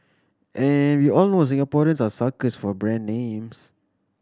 and we all know Singaporeans are suckers for brand names